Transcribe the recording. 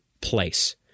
place